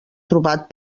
trobat